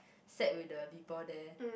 set with the people there